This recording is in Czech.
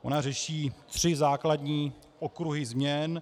Ona řeší tři základní okruhy změn.